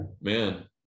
man